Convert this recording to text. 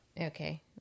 Okay